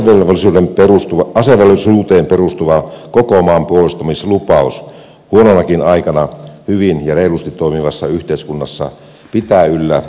asevelvollisuuteen perustuva koko maan puolustamislupaus huononakin aikana hyvin ja reilusti toimivassa yhteiskunnassa pitää yllä puolustustahtoamme